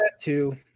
two